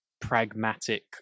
pragmatic